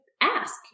ask